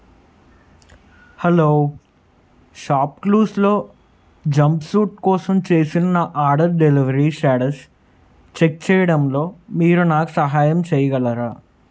hello shop క్లూస్లో jumpsuit కోసం చేసిన నా ఆర్డర్ డెలివరీ స్టేటస్ చెక్ చేయడంలో మీరు నాకు సహాయం చేయగలరా